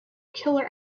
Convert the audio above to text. killer